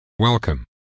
Welcome